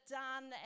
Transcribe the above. done